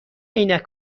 عینک